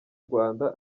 rwanda